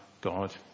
god